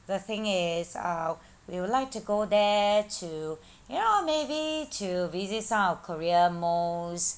the thing is uh we would like to go there to you know maybe to visit some of korea most